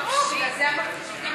ברור, בגלל זה אמרנו,